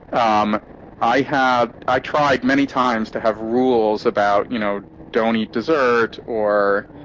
um i have i tried many times to have rules about you know don't eat dessert or